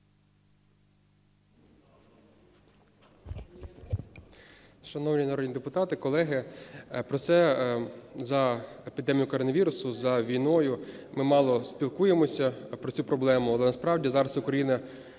Шановні народні депутати, колеги! Про це за епідемією коронавірусу, за війною ми мало спілкуємось, про цю проблему, але насправді зараз Україна